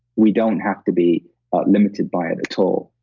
we don't have to be ah limited by it at all.